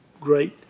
great